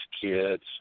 kids